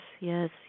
yes